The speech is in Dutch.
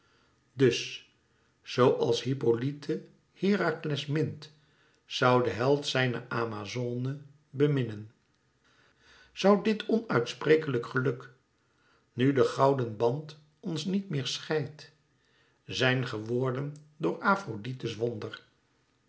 dus zoo als hippolyte herakles mint zoû de held zijne amazone beminnen zoû dit onuitsprekelijk geluk nu de gouden band ons niet meer scheidt zijn geworden door afrodite's wonder